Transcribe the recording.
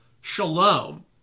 Shalom